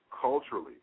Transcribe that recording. culturally